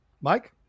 Mike